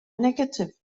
negatif